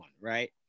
right